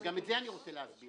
גם את זה אני רוצה להסביר.